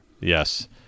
Yes